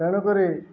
ତେଣୁକରି